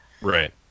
Right